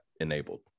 enabled